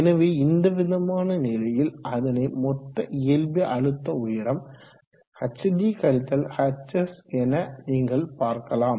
எனவே இந்த விதமான நிலையில் அதனை மொத்த இயல்பிய அழுத்த உயரம் hd - hs என நீங்கள் பார்க்கலாம்